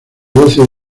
doce